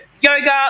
yoga